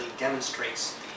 demonstrates